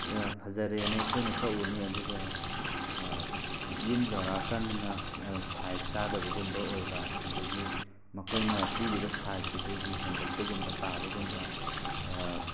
ꯐꯖꯔꯦꯅ ꯑꯩꯈꯣꯏꯅ ꯀꯛꯎꯅꯤ ꯑꯗꯨꯒ ꯌꯨꯝ ꯌꯧꯔꯛꯑꯀꯥꯟꯗꯅ ꯁꯥꯏꯖ ꯆꯥꯗꯒꯨꯝꯕ ꯑꯣꯏꯕ ꯑꯗꯒꯤ ꯃꯈꯣꯏꯅ ꯄꯤꯔꯤꯕ ꯁꯥꯏꯖꯇꯨꯗꯒꯤ ꯍꯦꯟꯒꯠꯄꯒꯨꯝꯕ ꯇꯥꯕꯒꯨꯝꯕ